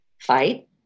fight